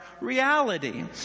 reality